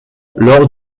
lors